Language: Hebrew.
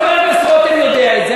גם חבר הכנסת רותם יודע את זה,